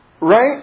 Right